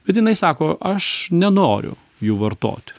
bet jinai sako aš nenoriu jų vartoti